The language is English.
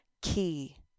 key